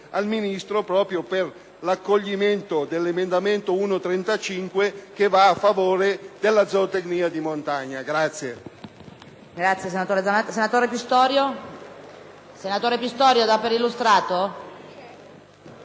al Ministro per l'accoglimento dell'emendamento 1.35 che va a favore della zootecnia di montagna.